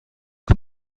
que